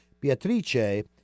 beatrice